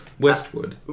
Westwood